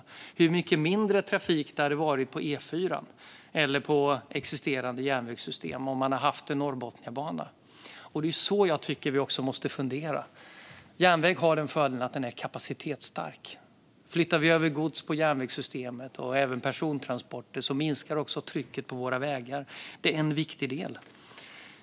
Det hade varit mycket mindre trafik på E4 eller på existerande järnvägssystem om det hade funnits en norrbotniabana. Det är så jag tycker att vi måste fundera också här. Järnvägen har den fördelen att den är kapacitetsstark. Flyttar vi över gods till järnvägssystemet, och även persontransporter, minskar också trycket på våra vägar. Det är en viktig del.